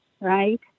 right